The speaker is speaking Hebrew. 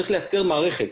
צריך לייצר מערכת,